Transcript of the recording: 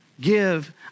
give